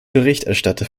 berichterstatter